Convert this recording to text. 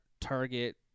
Target